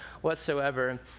whatsoever